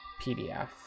pdf